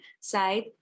side